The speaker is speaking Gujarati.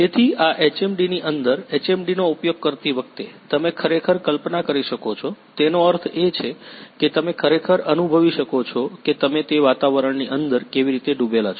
તેથી આ HMDની અંદર HMD નો ઉપયોગ કરતી વખતે તમે ખરેખર કલ્પના કરી શકો છો તેનો અર્થ એ છે કે તમે ખરેખર અનુભવી શકો છો કે તમે તે વાતાવરણની અંદર કેવી રીતે ડૂબેલા છો